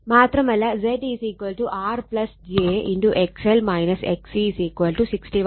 മാത്രമല്ല Z R j XL XC 61